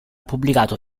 pubblicato